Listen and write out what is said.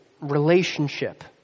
Relationship